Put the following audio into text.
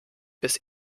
bis